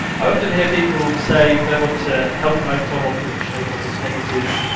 i often here people say they want to help promote tohoku and shake off it's negative